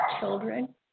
children